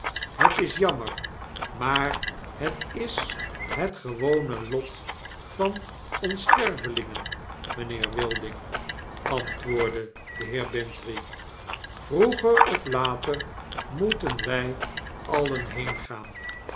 het is jammer maar het is het gewone lot van ons stervelingen mynheer wilding antwoordde de heer bintrey vroeger of later moeten wi alien